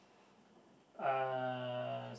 uh